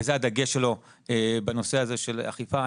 זה הדגש שלו בנושא של האכיפה.